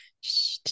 shh